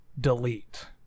DELETE